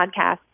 podcast